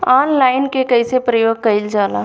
Online के कइसे प्रयोग कइल जाला?